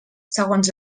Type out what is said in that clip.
segons